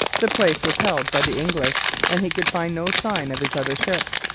the place was held by the english and he could find no sign of his other ships.